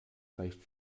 reicht